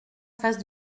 face